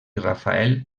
rafael